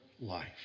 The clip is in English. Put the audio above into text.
life